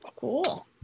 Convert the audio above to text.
Cool